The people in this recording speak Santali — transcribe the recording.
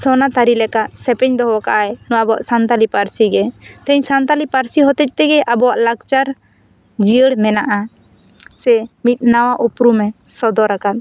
ᱥᱚᱱᱟ ᱛᱟᱹᱨᱤ ᱞᱮᱠᱟ ᱥᱮᱯᱮᱧ ᱫᱚᱦᱚ ᱟᱠᱟᱫᱼᱟᱭ ᱱᱚᱣᱟ ᱟᱵᱚᱣᱟᱜ ᱥᱟᱱᱛᱟᱲᱤ ᱯᱟᱹᱨᱥᱤ ᱜᱮ ᱥᱟᱱᱛᱟᱲᱤ ᱯᱟᱹᱨᱥᱤ ᱦᱚᱛᱮᱛᱮ ᱜᱮ ᱟᱵᱚᱣᱟᱜ ᱞᱟᱠᱪᱟᱨ ᱡᱤᱭᱟᱹᱲ ᱢᱮᱱᱟᱜᱼᱟ ᱥᱮ ᱢᱤᱫ ᱱᱚᱣᱟ ᱩᱯᱩᱨᱩᱢ ᱮ ᱥᱚᱫᱚᱨ ᱟᱠᱟᱫ